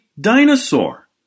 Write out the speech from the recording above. dinosaur